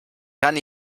kann